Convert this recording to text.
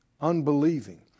unbelieving